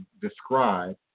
describe